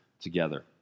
together